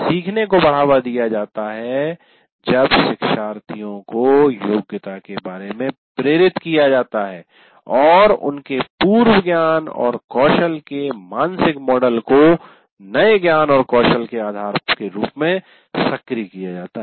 सीखने को बढ़ावा दिया जाता है जब शिक्षार्थियों को योग्यता के बारे में प्रेरित किया जाता है और उनके पूर्व ज्ञान और कौशल के मानसिक मॉडल को नए ज्ञान और कौशल के आधार के रूप में सक्रिय किया जाता है